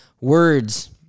Words